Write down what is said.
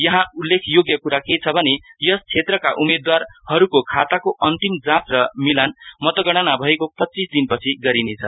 यहाँ उल्लेख्य योग्य कुरा के छ भने यस क्षेत्रका उम्मेदवारको खाताको अन्तिम जाँच र मिलान मतगणऩा भएको पचिस दिन पछि गरिनेछ